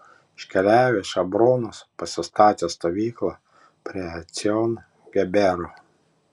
iškeliavę iš abronos pasistatė stovyklą prie ecjon gebero